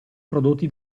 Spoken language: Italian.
prodotti